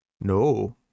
No